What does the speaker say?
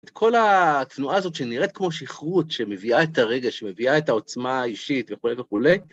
את כל התנועה הזאת שנראית כמו שיכרות, שמביאה את הרגע, שמביאה את העוצמה האישית וכולי וכולי,